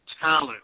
talent